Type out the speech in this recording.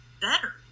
better